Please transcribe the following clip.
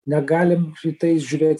negalim į tai žiūrėt